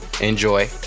Enjoy